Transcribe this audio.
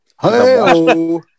Hello